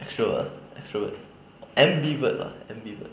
extrovert ah extrovert and ambivert lah ambivert